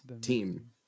team